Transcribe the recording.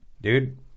dude